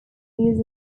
use